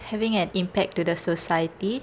having an impact to the society